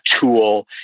tool